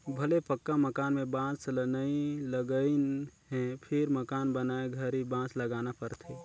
भले पक्का मकान में बांस ल नई लगईंन हे फिर मकान बनाए घरी बांस लगाना पड़थे